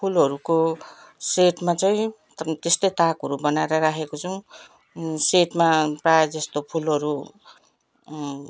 फुलहरूको सेटमा चाहिँ एकदम त्यस्तै ताकहरू बनाएर राखेको छौँ सेटमा प्रायः जस्तो फुलहरू